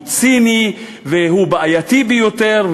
הוא ציני והוא בעייתי ביותר,